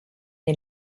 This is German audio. den